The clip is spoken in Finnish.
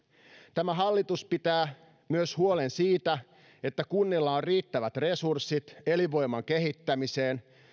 tämä hallitus pitää myös huolen siitä että kunnilla on riittävät resurssit elinvoiman kehittämiseen